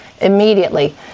immediately